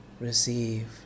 receive